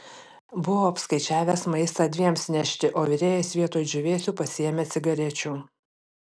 buvau apskaičiavęs maistą dviems nešti o virėjas vietoj džiūvėsių pasiėmė cigarečių